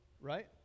right